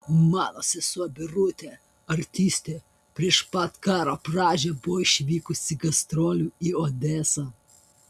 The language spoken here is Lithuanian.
mano sesuo birutė artistė prieš pat karo pradžią buvo išvykusi gastrolių į odesą